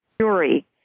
jury